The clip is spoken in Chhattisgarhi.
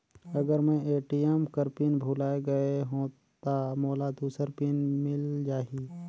अगर मैं ए.टी.एम कर पिन भुलाये गये हो ता मोला दूसर पिन मिल जाही?